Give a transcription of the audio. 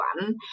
one